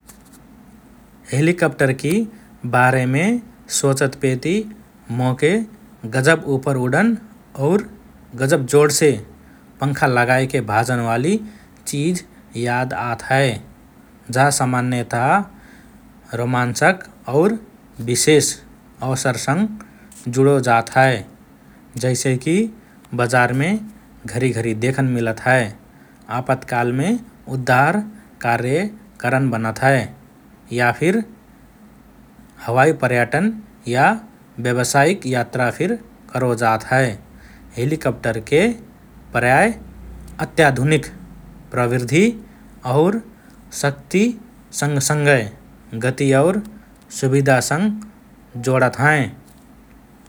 हेलिकप्टरकि बारेमे सोचत पेति मोके गजब उपर उडन और गजब जोडसे पंखा लगाएके भाजनवालि चिज याद आत हए । जा सामान्यतः रोमञ्चक और विशेष अवसरसँग जुडो जात हए । जैसेकि बजारमे घरी–घरी देखन मिलत हए, आपतकालमे उद्धार कार्य करन बनत हए, या फिर हवाई पर्यटन या व्यवसायिक यात्रा फिर करो जात हए । हेलिकप्टरके प्रायः अत्याधुनिक प्रविधि और शक्ति, सँगसँगए गति और सुविधासँग जोडत हएँ ।